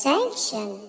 Sanction